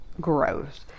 gross